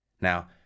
Now